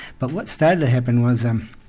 but what started to happen was um